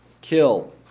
kill